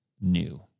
new